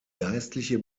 geistliche